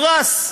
פרס.